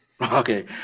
Okay